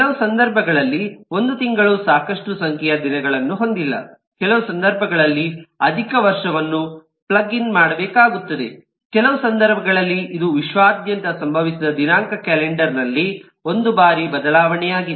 ಕೆಲವು ಸಂದರ್ಭಗಳಲ್ಲಿ ಒಂದು ತಿಂಗಳು ಸಾಕಷ್ಟು ಸಂಖ್ಯೆಯ ದಿನಗಳನ್ನು ಹೊಂದಿಲ್ಲ ಕೆಲವು ಸಂದರ್ಭಗಳಲ್ಲಿ ಅಧಿಕ ವರ್ಷವನ್ನು ಪ್ಲಗ್ ಇನ್ ಮಾಡಬೇಕಾಗುತ್ತದೆ ಕೆಲವು ಸಂದರ್ಭಗಳಲ್ಲಿ ಇದು ವಿಶ್ವಾದ್ಯಂತ ಸಂಭವಿಸಿದ ದಿನಾಂಕ ಕ್ಯಾಲೆಂಡರ್ ನಲ್ಲಿ ಒಂದು ಬಾರಿ ಬದಲಾವಣೆಯಾಗಿದೆ